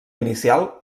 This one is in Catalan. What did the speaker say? inicial